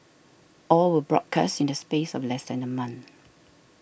all were broadcast in the space of less than a month